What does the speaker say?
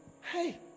hey